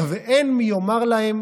ואין מי יאמר להם